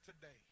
today